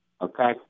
Okay